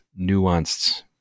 nuanced